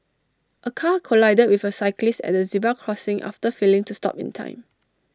A car collided with A cyclist at A zebra crossing after failing to stop in time